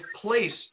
place